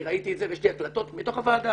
אני ראיתי את זה ויש לי הקלטות - בתוך הוועדה